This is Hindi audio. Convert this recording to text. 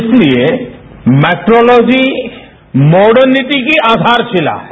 इसलिए मेट्रोलॉजी मॉर्डनिटी की आधारशिला है